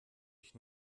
ich